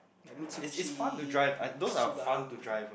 like Mitsubishi Subaru